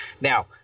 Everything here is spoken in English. Now –